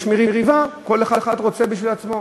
יש מריבה, כל אחד רוצה לעצמו.